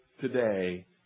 today